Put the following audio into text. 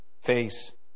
face